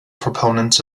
proponents